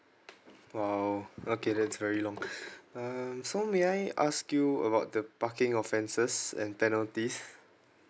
!wow! okay that's very long um so may I ask you about the parking offenses and penalty